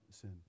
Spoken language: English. sin